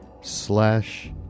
slash